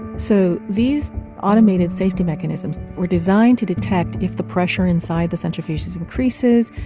so these automated safety mechanisms were designed to detect if the pressure inside the centrifuges increases,